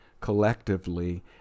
collectively